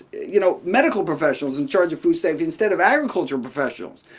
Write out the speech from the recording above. you know, medical professionals in charge of food safety instead of agricultural professionals.